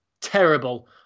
terrible